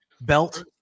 belt